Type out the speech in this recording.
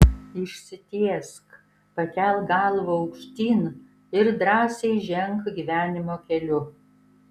išsitiesk pakelk galvą aukštyn ir drąsiai ženk gyvenimo keliu